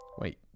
wait